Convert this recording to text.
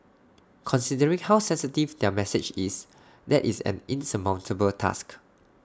considering how sensitive their message is that is an insurmountable task